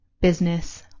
business